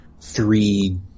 three